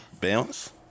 Bounce